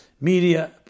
media